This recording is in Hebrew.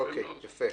אוקיי, יפה.